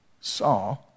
saw